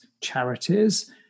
charities